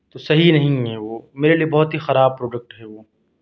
تو صحیح نہیں ہے وہ میرے لیے بہت ہی خراب پروڈکٹ ہے وہ